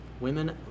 Women